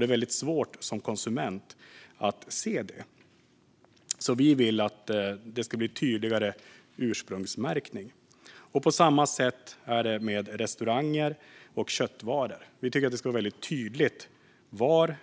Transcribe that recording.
Det är väldigt svårt att se det som konsument. Vi vill alltså att det ska bli en tydligare ursprungsmärkning. På samma sätt är det med restauranger och köttvaror. Vi tycker att det ska vara väldigt tydligt varifrån